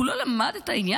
הוא לא למד את העניין,